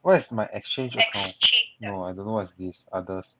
what is my exchange account no I don't know what is this others